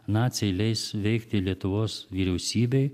naciai leis veikti lietuvos vyriausybei